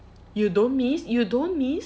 you don't miss you don't miss